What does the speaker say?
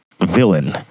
villain